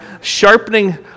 sharpening